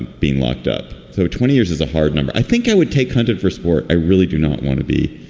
being locked up. so twenty years is a hard number. i think i would take hunting for sport. i really do not want to be.